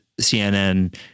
CNN